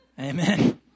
Amen